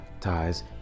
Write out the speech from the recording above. ties